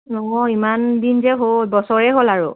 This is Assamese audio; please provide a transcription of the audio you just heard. নহয় ইমান দিন যে হ'ল বছৰেই হ'ল আৰু